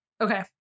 Okay